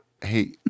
Hey